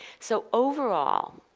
so overall,